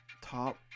top